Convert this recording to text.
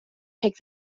take